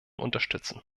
unterstützen